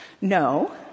No